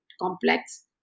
complex